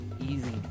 easy